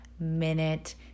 minute